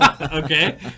Okay